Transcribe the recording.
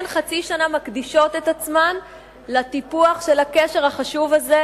הן חצי שנה מקדישות את עצמן לטיפוח של הקשר החשוב הזה.